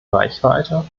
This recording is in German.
reichweite